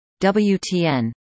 WTN